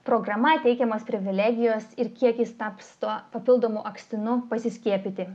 programa teikiamos privilegijos ir kiek jis taps tuo papildomu akstinu pasiskiepyti